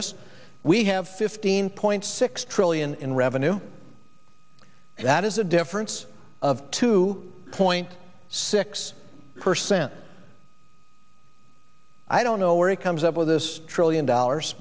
us we have fifteen point six trillion in revenue that is a difference of two point six percent i don't know where he comes up with this trillion dollars